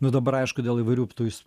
nu dabar aišku dėl įvairių ptūs